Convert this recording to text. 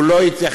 הוא לא התייחס.